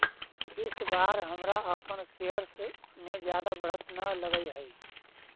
इस बार हमरा अपन शेयर्स में जादा बढ़त न लगअ हई